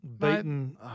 beaten